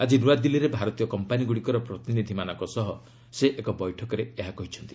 ଆଜି ନୂଆଦିଲ୍ଲୀରେ ଭାରତୀୟ କମ୍ପାନୀଗୁଡ଼ିକର ପ୍ରତିନିଧ୍ୟମାନଙ୍କ ସହ ସେ ଏକ ବୈଠକରେ ଏହା କହିଛନ୍ତି